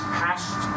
past